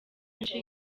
gucika